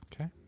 Okay